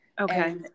Okay